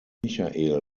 michael